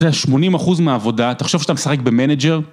אתה יודע, 80% מהעבודה, תחשוב שאתה משחק במנג'ר